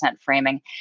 framing